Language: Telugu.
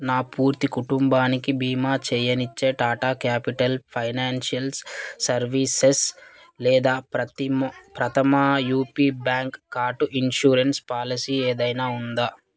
నా పూర్తి కుటుంబానికి బీమా చేయనిచ్చే టాటా క్యాపిటల్ ఫైనాన్షియల్స్ సర్వీసెస్ లేదా ప్రతిమ్ Prathama UP Bank card insurance policy ఏదైనా ఉందా